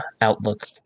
Outlook